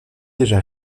déjà